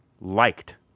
liked